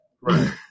Right